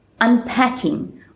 unpacking